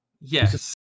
Yes